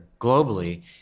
globally